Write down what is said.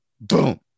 Boom